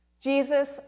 Jesus